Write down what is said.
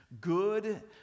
good